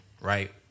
right